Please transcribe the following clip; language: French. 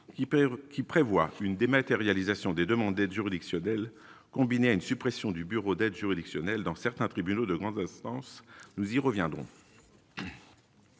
qui prévoit une dématérialisation des demandes aide juridictionnelle, combinée à une suppression du bureau d'aide juridictionnelle dans certains tribunaux de grande instance, nous y reviendrons.